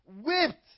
whipped